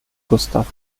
gustaf